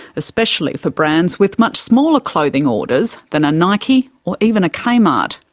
especially for brands with much smaller clothing orders than a nike or even a kmart.